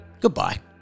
goodbye